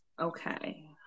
Okay